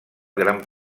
gran